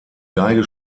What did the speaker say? geige